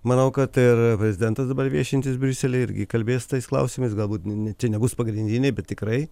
manau kad ir prezidentas dabar viešintis briuselyje irgi kalbės tais klausimais galbūt čia nebus pagrindiniai bet tikrai